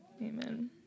Amen